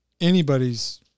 anybody's